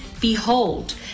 Behold